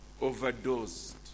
overdosed